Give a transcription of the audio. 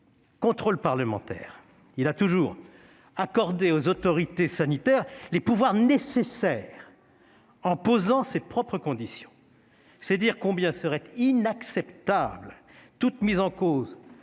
contrôle parlementaire. Il a toujours accordé aux autorités sanitaires les pouvoirs nécessaires en posant ses propres conditions. C'est dire combien serait inacceptable toute mise en cause